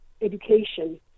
education